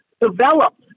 developed